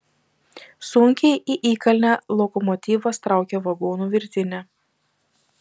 sunkiai į įkalnę lokomotyvas traukia vagonų virtinę